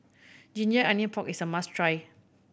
ginger onions pork is a must try